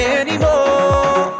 anymore